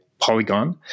Polygon